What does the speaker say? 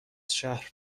شهر